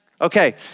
Okay